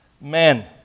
men